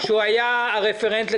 האם זה יפגע בשירותים שמשרד הבריאות צריך